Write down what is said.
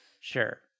Sure